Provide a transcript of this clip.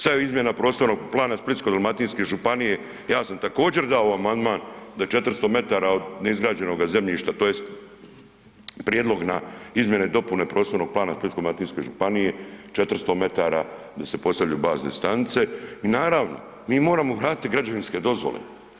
Sad je izmjena prostornog plana Splitsko-dalmatinske županije, ja sam također dao amandman da 400 metara od neizgrađenoga zemljišta tj. prijedlog na izmjene i dopune prostornog plana Splitsko-dalmatinske županije, 400 metara da se postavljaju bazne stanice i naravno mi moramo vratiti građevinske dozvole.